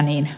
kunnat